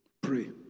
pray